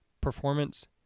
performance